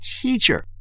teacher